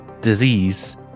disease